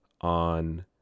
on